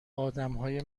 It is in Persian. آدمهای